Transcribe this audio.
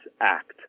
act